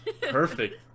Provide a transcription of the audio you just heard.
Perfect